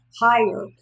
higher